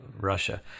russia